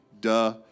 duh